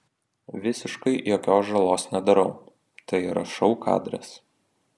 visiškai jokios žalos nedarau tai yra šou kadras